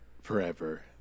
Forever